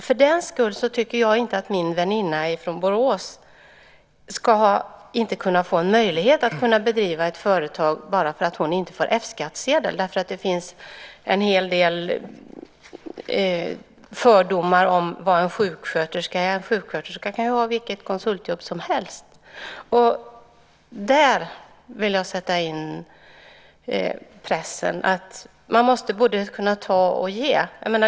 För den skull tycker jag inte att min väninna från Borås inte ska få möjlighet att bedriva företag bara därför att hon inte får F-skattsedel. Det finns en hel del fördomar om vad en sjuksköterska är. En sjuksköterska kan ju ha vilket konsultjobb som helst. Där vill jag sätta in pressen. Man måste kunna både ta och ge.